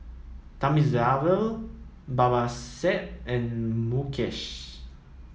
Thamizhavel Babasaheb and Mukesh